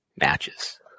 matches